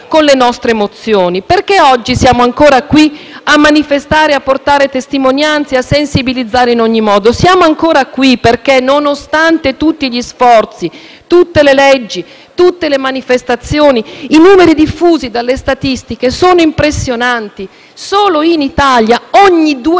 a manifestare, a portare testimonianze, a sensibilizzare in ogni modo? Siamo ancora qui perché nonostante tutti gli sforzi, tutte le leggi e tutte le manifestazioni i numeri diffusi dalle statistiche sono impressionanti: solo in Italia ogni due giorni e mezzo viene uccisa una donna. E i